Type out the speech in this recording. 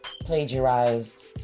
plagiarized